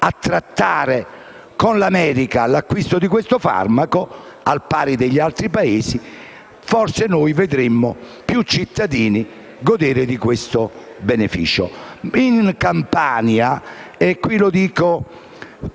a trattare con l'America l'acquisto di questo farmaco al pari degli altri Paesi, forse noi vedremmo più cittadini godere di questo beneficio. In Campania - e mi rivolgo